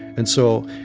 and so